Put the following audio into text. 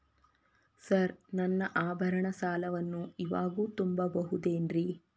Sir ನನ್ನ ಆಭರಣ ಸಾಲವನ್ನು ಇವಾಗು ತುಂಬ ಬಹುದೇನ್ರಿ?